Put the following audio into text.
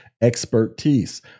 expertise